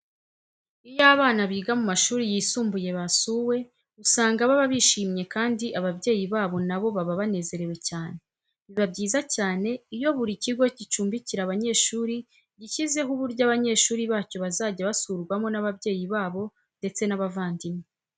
Iyo abana biga mu mashuri yisumbuye basuwe, usanga baba bishimye kandi ababyeyi babo na bo baba banezerewe cyane. Biba byiza cyane iyo buri kigo gicumbikira abanyeshuri gishyizeho uburyo abanyeshuri bacyo bazajya basurwamo n'ababyeyi babo ndetse n'abavandimwe.